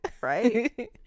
right